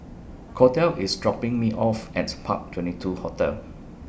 Cordell IS dropping Me off At Park twenty two Hotel